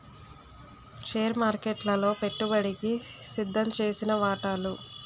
share మార్కెట్లలో పెట్టుబడికి సిద్దంచేసిన వాటాలు